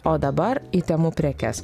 o dabar į temu prekes